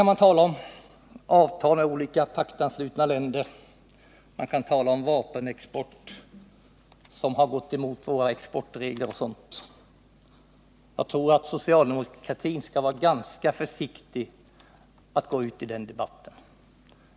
Man kan tala om avtal med olika paktanslutna länder, om vapenexport som har gått emot våra exportregler osv., men jag tror att socialdemokratin skall vara ganska försiktig med att gå ut i den debatten.